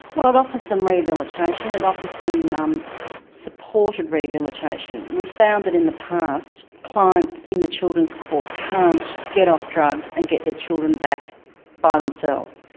well, it offers them rehabilitation, it offers them them supporte and rehabilitation. we found that in the past clients in the children's court can't get off drugs and get their children back by themselves,